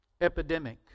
epidemic